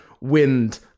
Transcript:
wind